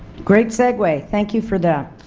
great segue. thank you for that.